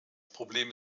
problem